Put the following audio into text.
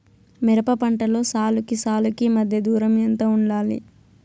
మిరప పంటలో సాలుకి సాలుకీ మధ్య దూరం ఎంత వుండాలి?